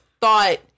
thought